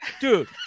dude